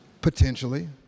potentially